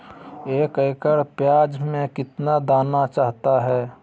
एक एकड़ प्याज में कितना दाना चाहता है?